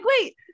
wait